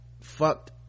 fucked